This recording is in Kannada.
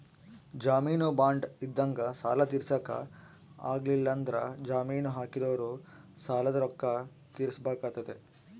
ಜಾಮೀನು ಬಾಂಡ್ ಇದ್ದಂಗ ಸಾಲ ತೀರ್ಸಕ ಆಗ್ಲಿಲ್ಲಂದ್ರ ಜಾಮೀನು ಹಾಕಿದೊರು ಸಾಲದ ರೊಕ್ಕ ತೀರ್ಸಬೆಕಾತತೆ